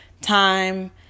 time